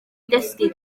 dysgu